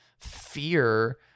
fear